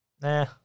nah